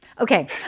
Okay